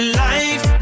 life